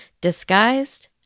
disguised